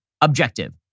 objective